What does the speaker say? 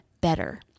better